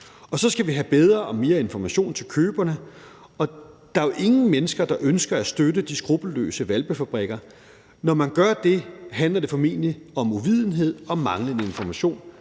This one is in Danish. Så skal vi have bedre og mere information til køberne. Der er jo ingen mennesker, der ønsker at støtte de skruppelløse hvalpefabrikker. Når man gør det, handler det formentlig om uvidenhed og manglende information,